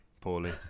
poorly